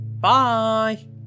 bye